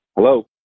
Hello